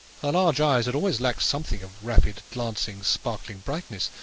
her large eyes had always lacked something of rapid glancing sparkling brightness.